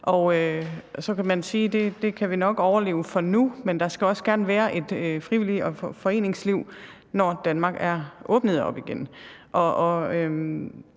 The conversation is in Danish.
Så kan man sige, at det kan de nok overleve for nuværende, men der skal også gerne være et frivilligt foreningsliv, når Danmark er åbnet op igen.